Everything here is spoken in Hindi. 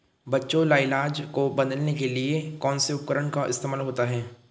बच्चों साइलेज को बदलने के लिए कौन से उपकरण का इस्तेमाल होता है?